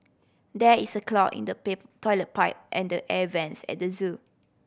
there is a clog in the toilet pipe and the air vents at the zoo